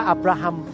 Abraham